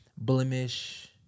blemish